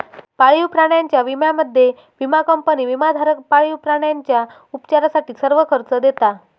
पाळीव प्राण्यांच्या विम्यामध्ये, विमा कंपनी विमाधारक पाळीव प्राण्यांच्या उपचारासाठी सर्व खर्च देता